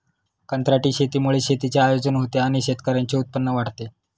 कंत्राटी शेतीमुळे शेतीचे आयोजन होते आणि शेतकऱ्यांचे उत्पन्न वाढते